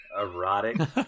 Erotic